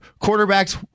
quarterbacks